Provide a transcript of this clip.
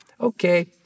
Okay